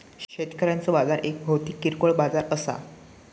शेतकऱ्यांचो बाजार एक भौतिक किरकोळ बाजार असा